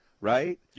right